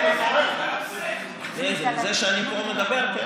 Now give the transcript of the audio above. זה שאני פה מדבר?